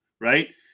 right